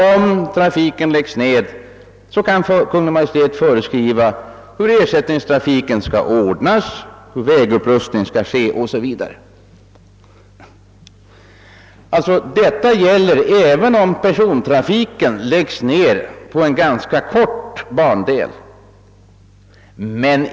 Om trafiken läggs ned kan Kungl. Maj:t föreskriva hur ersättningstrafiken skall ordnas, hur vägupprustningen skall utformas 0. s. Vv. Detta gäller alltså även om persontrafiken läggs ned på en ganska kort bandel.